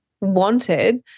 wanted